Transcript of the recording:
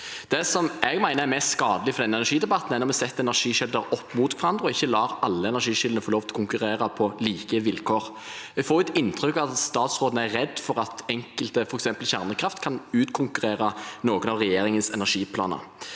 Det jeg mener er mest skadelig for energidebatten, er når vi setter energikilder opp mot hverandre og ikke lar alle energikildene få lov til å konkurrere på like vilkår. Jeg får et inntrykk av at statsråden er redd for at enkelte, f.eks. kjernekraft, kan utkonkurrere noen av regjeringens energiplaner.